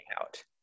out